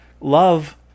Love